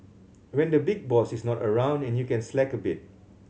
when the big boss is not around and you can slack a bit